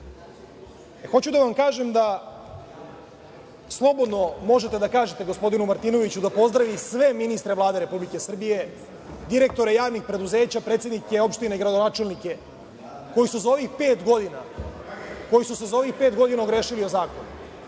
da vam kažem da slobodno možete da kažete gospodinu Martinoviću da pozdravi sve ministre Vlade Republike Srbije, direktore javnih preduzeća, predsednike opština i gradonačelnike koji su se za ovih pet godina ogrešili o zakon.